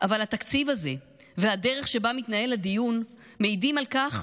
אבל התקציב הזה והדרך שבה מתנהל הדיון מעידים על כך